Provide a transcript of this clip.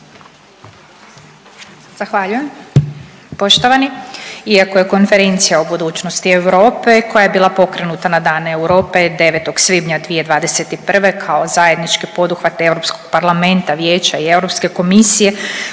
Zahvaljujem. Poštovani, iako je Konferencija o budućnosti Europe koja je bila pokrenuta na Dan Europe 9. svibnja 2021. kao zajednički poduhvat EP, Vijeća i EK koji